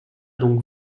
donc